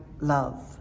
love